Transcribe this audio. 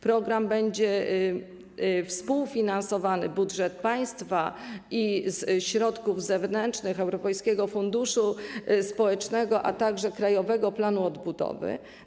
Program będzie współfinansowany z budżetu państwa i ze środków zewnętrznych - Europejskiego Funduszu Społecznego, a także Krajowego Planu Odbudowy.